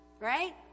Right